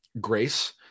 grace